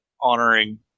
honoring